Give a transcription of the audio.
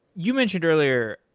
you mentioned earlier,